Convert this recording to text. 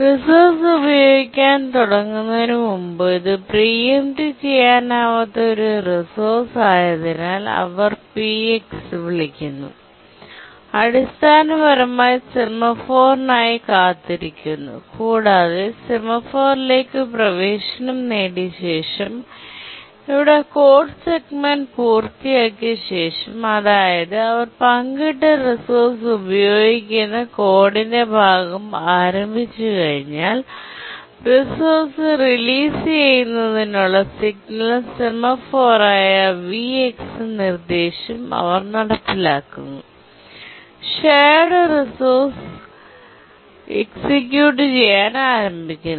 resource ഉപയോഗിക്കാൻ തുടങ്ങുന്നതിനുമുമ്പ് ഇത് പ്രീ എംപ്ട് ചെയ്യാനാവാത്ത ഒരു റിസോഴ്സ് ആയതിനാൽ അവർ P വിളിക്കുന്നു അടിസ്ഥാനപരമായി സെമാഫോറി നായി കാത്തിരിക്കുന്നു കൂടാതെ സെമാഫോറിലേക്ക് പ്രവേശനം നേടിയ ശേഷംഇവിടെ കോഡ് സെഗ്മെന്റ് പൂർത്തിയാക്കിയ ശേഷം അതായത് അവർ പങ്കിട്ട റിസോഴ്സ് ഉപയോഗിക്കുന്ന കോഡിന്റെ ഭാഗം ആരംഭിച്ചുകഴിഞ്ഞാൽറിസോഴ്സ് റിലീസ് ചെയ്യുന്നതിനുള്ള സിഗ്നൽ സെമാഫോറായ വി എക്സ് V നിർദ്ദേശം അവർ നടപ്പിലാക്കുന്നു ഷെയേർഡ് റിസോഴ്സ് എക്സിക്യൂട്ട് ചെയ്യാൻ ആരംഭിക്കുന്നു